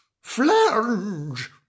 Flange